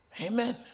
Amen